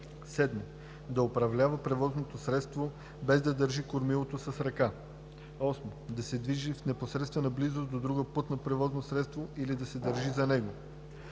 7. да управлява превозното средство, без да държи кормилото с ръка; 8. да се движи в непосредствена близост до друго пътно превозно средство или да се държи за него;